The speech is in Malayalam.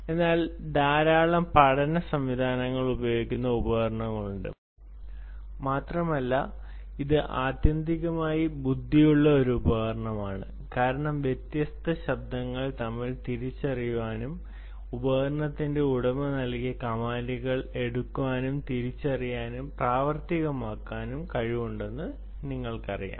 പിന്നിൽ ധാരാളം പഠന സംവിധാനങ്ങൾ ഉപയോഗിക്കുന്ന ഉപകരണങ്ങളും ഉണ്ട് മാത്രമല്ല ഇത് ആത്യന്തികമായി ബുദ്ധിയുള്ള ഒരു ഉപകരണമാണ് കാരണം വ്യത്യസ്ത ശബ്ദങ്ങൾ തമ്മിൽ വേർതിരിച്ചറിയാനും ഉപകരണത്തിന്റെ ഉടമ നൽകിയ കമാൻഡുകൾ എടുക്കാനും തിരിച്ചറിയാനും പ്രാവർത്തികമാക്കാനും കഴിവുണ്ടെന്ന് നിങ്ങൾക്കറിയാം